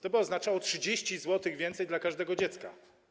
To by oznaczało 30 zł więcej dla każdego dziecka.